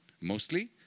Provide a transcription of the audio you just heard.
mostly